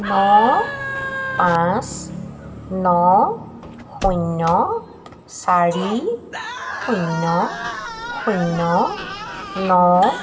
ন পাঁচ ন শূন্য চাৰি শূন্য শূন্য ন